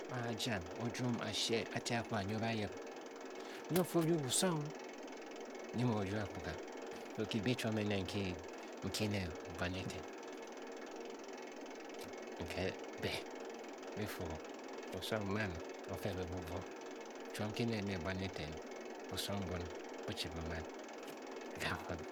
A a-jian o-jwon a-shee a te akpuga nyi o ba yip. nyi o fii o Ning busong nyi mu o rung akpuga kibyi chiom ene nke. nki ne bwan eten. nke be bi-fu. oso o-maan o-fe be bubuo. chiom nki nen ne buan eaten. busong mbin bu chi bu maan